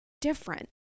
different